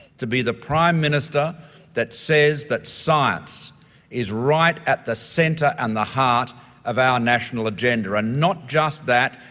to be the prime minister that says that science is right at the centre and the heart of our national agenda and not just that,